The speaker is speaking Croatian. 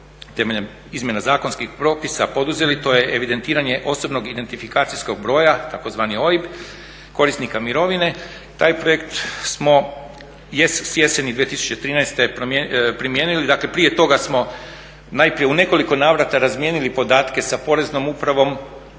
izmjena zakonskih propisa poduzeli to je evidentiranje osobnog identifikacijskog broja tzv. OIB korisnika mirovine, taj projekt smo, s jeseni 2013. promijenili, dakle prije toga smo najprije u nekoliko navrata razmijenili podatke sa porezno upravom,